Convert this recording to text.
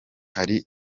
hari